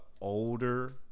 older